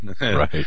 Right